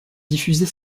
diffuser